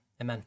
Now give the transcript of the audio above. amen